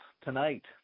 tonight